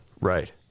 Right